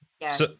Yes